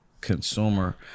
consumer